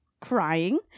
crying